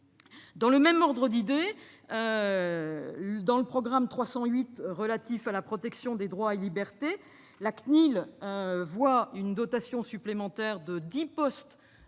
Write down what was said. Dans le même ordre d'idées, dans le programme 308, « Protection des droits et libertés », la CNIL obtient une dotation supplémentaire de 10 postes.